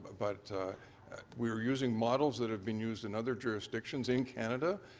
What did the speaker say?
but we're using models that have been used in other jurisdictions in canada.